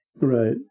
Right